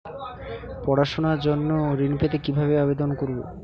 পড়াশুনা জন্য ঋণ পেতে কিভাবে আবেদন করব?